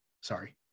Sorry